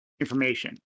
information